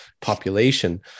population